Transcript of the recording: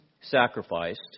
sacrificed